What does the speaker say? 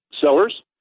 sellers